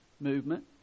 movement